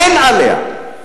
אין עליה.